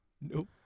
Nope